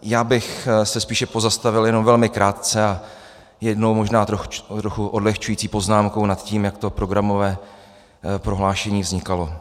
Já bych se spíše pozastavil jenom velmi krátce a jednou možná trochu odlehčující poznámkou nad tím, jak to programové prohlášení vznikalo.